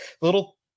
little